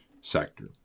sector